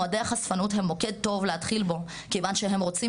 מועדוני החשפנות הם מוקד טוב להתחיל בו כיוון שהם רוצים